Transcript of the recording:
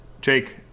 Jake